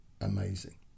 amazing